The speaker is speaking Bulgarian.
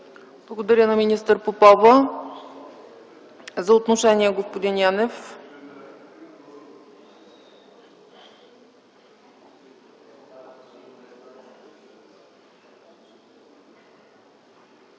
Благодаря на министър Попова. За отношение – господин Янев.